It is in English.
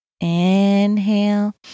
inhale